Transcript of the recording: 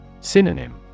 Synonym